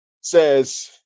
says